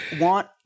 want